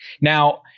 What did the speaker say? Now